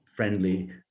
friendly